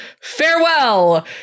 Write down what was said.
Farewell